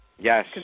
Yes